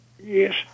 Yes